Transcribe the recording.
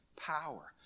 power